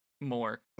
more